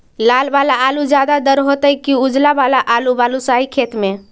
लाल वाला आलू ज्यादा दर होतै कि उजला वाला आलू बालुसाही खेत में?